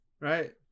Right